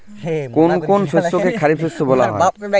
কোন কোন শস্যকে খারিফ শস্য বলা হয়?